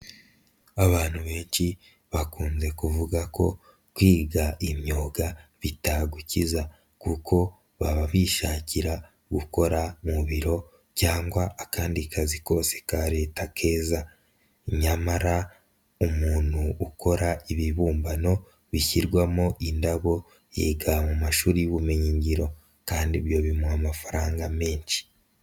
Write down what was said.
Abantu benshi bakunze kuvuga ko kwiga imyuga bitagukiza kuko baba bishakira gukora mu biro cyangwa akandi kazi kose ka Leta keza nyamara umuntu ukora ibibumbano bishyirwamo indabo yiga mu mashuri y'ubumenyingiro kandi ibyo bimuha amafaranga menshi.